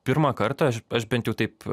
pirmą kartą aš aš bent jau taip